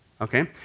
okay